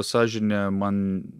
sąžinė man